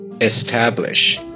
Establish